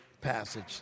passage